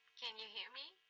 can you hear me?